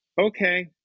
okay